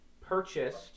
purchased